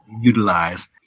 utilize